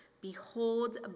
Behold